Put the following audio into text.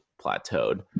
plateaued